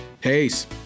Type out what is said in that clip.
Peace